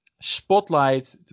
spotlight